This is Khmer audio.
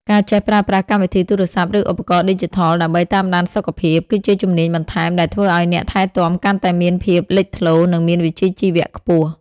ការចេះប្រើប្រាស់កម្មវិធីទូរស័ព្ទ ឬឧបករណ៍ឌីជីថលដើម្បីតាមដានសុខភាព គឺជាជំនាញបន្ថែមដែលធ្វើឱ្យអ្នកថែទាំកាន់តែមានភាពលេចធ្លោ និងមានវិជ្ជាជីវៈខ្ពស់។